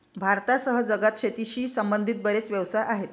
भारतासह जगात शेतीशी संबंधित बरेच व्यवसाय आहेत